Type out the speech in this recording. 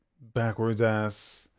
backwards-ass